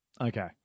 Okay